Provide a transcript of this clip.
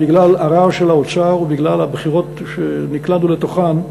בגלל ערר של האוצר ובגלל הבחירות שנקלענו לתוכן,